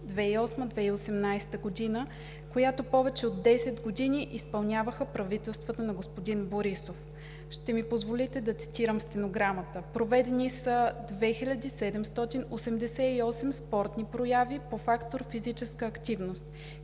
2008 – 2018 г., която повече от десет години изпълняват правителствата на господин Борисов – ще ми позволите да цитирам стенограмата: „Проведени са 2788 спортни прояви по фактор „физическа активност“;